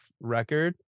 record